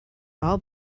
all